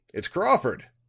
it's crawford.